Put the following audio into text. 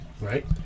Right